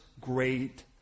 great